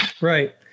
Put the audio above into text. Right